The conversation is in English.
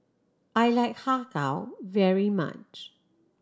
I like Har Kow very much